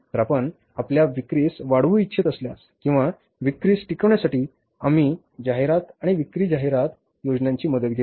तर आपण आपल्या विक्रीस वाढवू इच्छित असल्यास किंवा विक्रीस टिकवण्यासाठी आम्ही जाहिरात आणि विक्री जाहिरात योजनांची मदत घेतो